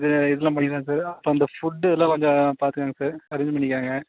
இது இதெல்லாம் பண்ணிடறேன் சார் அப்புறம் அந்த ஃபுட்டுலாம் கொஞ்சம் பார்த்துக்கங்க சார் அரேஞ்ச் பண்ணித்தாங்க